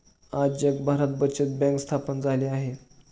आज जगभरात बचत बँक स्थापन झाली आहे